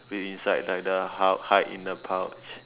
be inside like the hide hide in the pouch